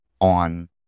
on